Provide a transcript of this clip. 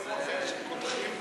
קודחי מוח זה מוח שקודחים בו.